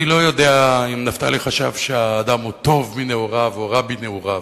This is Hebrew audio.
אני לא יודע אם נפתלי חשב שהאדם הוא טוב מנעוריו או רע מנעוריו,